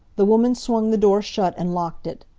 the woman swung the door shut, and locked it.